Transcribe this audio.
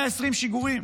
120 שיגורים.